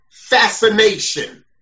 fascination